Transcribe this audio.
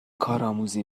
کارآموزی